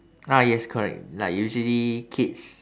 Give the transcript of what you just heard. ah yes correct like usually kids